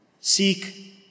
Seek